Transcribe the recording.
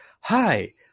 hi